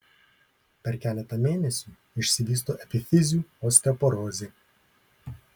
per keletą mėnesių išsivysto epifizių osteoporozė